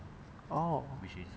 oh